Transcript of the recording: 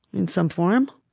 in some form